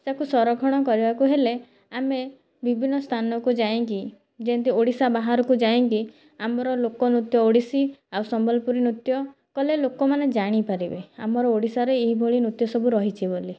ତାକୁ ସଂରକ୍ଷଣ କରିବାକୁ ହେଲେ ଆମେ ବିଭିନ୍ନ ସ୍ଥାନକୁ ଯାଇଁକି ଯେମିତି ଓଡ଼ିଶା ବାହାରକୁ ଯାଇଁକି ଆମର ଲୋକ ନୃତ୍ୟ ଓଡ଼ିଶୀ ଆଉ ସମ୍ବଲପୁରୀ ନୃତ୍ୟ କଲେ ଲୋକମାନେ ଜାଣିପାରିବେ ଆମର ଓଡ଼ିଶାରେ ଏହିଭଳି ନୃତ୍ୟ ସବୁ ରହିଛି ବୋଲି